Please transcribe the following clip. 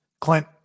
Clint